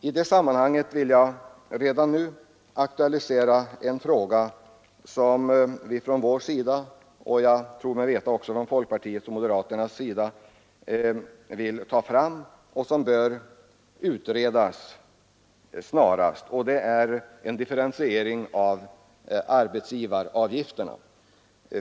I detta sammanhang vill jag redan nu aktualisera en fråga som vi — och även folkpartiet och moderaterna, tror jag mig veta — anser bör utredas snarast, och det är en differentiering av arbetsgivaravgifterna.